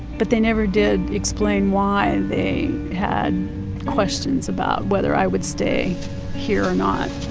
but they never did explain why they had questions about whether i would stay here or not.